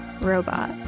robot